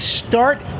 Start